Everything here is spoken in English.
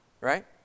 right